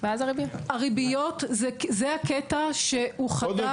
הריביות זה, זה הקטע שהוא חדש.